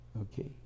Okay